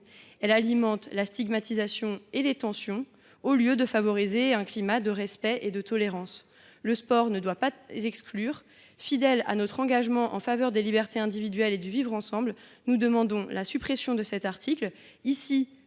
Elle alimenterait la stigmatisation et les tensions au lieu de favoriser un climat de respect et de tolérance. Le sport ne doit pas exclure. Fidèles à notre engagement en faveur des libertés individuelles et du vivre ensemble, nous demandons la suppression de cet article.